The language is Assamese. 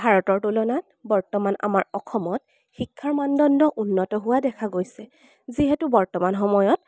ভাৰতৰ তুলনাত বৰ্তমান আমাৰ অসমত শিক্ষাৰ মানদণ্ড উন্নত হোৱা দেখা গৈছে যিহেতু বৰ্তমান সময়ত